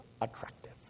attractive